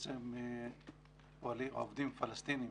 שעובדים פלסטינים